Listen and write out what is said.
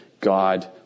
God